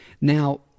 Now